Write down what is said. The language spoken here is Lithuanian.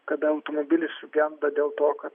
kada automobilis sugenda dėl to kad